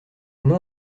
nom